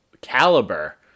caliber